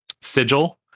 sigil